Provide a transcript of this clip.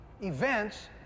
events